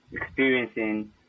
Experiencing